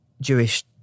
Jewish